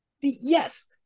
Yes